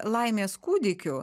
laimės kūdikiu